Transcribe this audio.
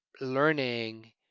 learning